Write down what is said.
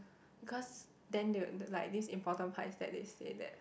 cause then they would like this important part is that they say that